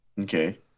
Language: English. Okay